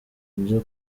byo